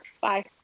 Bye